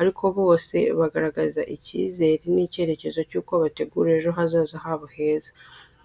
ariko bose bagaragaza ikizere n’icyerekezo cy'uko bategura ejo hazaza habo heza.